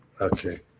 Okay